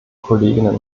kolleginnen